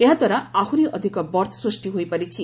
ଏହାଦ୍ୱାରା ଆହ୍ରରି ଅଧିକ ବର୍ଥ ସୃଷ୍ି ହୋଇପାରିଛି